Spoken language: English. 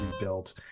rebuilt